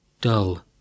dull